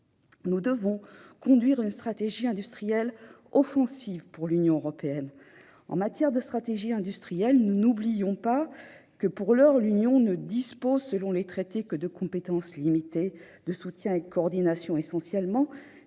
Nous devons conduire une stratégie industrielle offensive pour l'Union européenne En la matière, nous n'oublions pas que, pour l'heure, l'Union ne dispose, selon les traités, que de compétences limitées, « de soutien et de coordination » essentiellement.